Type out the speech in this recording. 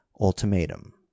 ultimatum